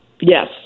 Yes